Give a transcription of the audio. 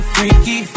Freaky